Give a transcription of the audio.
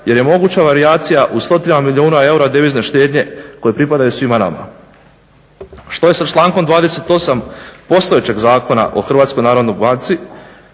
jer je moguća varijacija u stotinama milijuna eura devizne štednje koje pripadaju svima nama? Što je sa člankom 28.postojećeg Zakona o HNB-u kojega ovaj